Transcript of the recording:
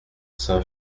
saint